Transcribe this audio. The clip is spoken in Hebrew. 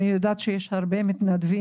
אני יודעת שיש הרבה מתנדבי,